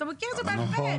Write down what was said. אתה מכיר את זה בעל פה.